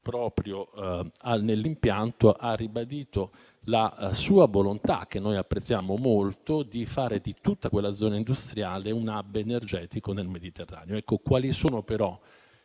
proprio nell'impianto, ha ribadito la sua volontà, che noi apprezziamo molto, di fare di tutta quella zona industriale un *hub* energetico nel Mediterraneo. Vorrei sapere